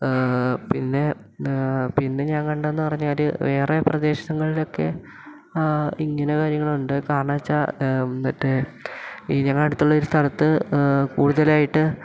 പിന്നെ പിന്നെ ഞാൻ കണ്ടതെന്നു പറഞ്ഞാൽ വേറെ പ്രദേശങ്ങളിലൊക്കെ ഇങ്ങനെ കാര്യങ്ങളുണ്ട് കാരണം വെച്ചാൽ മറ്റേ ഈ ഞങ്ങളെ അടുത്തുള്ളൊരു സ്ഥലത്ത് കൂടുതലായിട്ട്